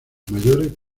mayores